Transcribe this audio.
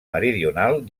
meridional